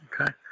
Okay